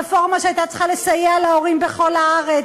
הרפורמה שהייתה צריכה לסייע להורים בכל הארץ.